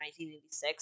1986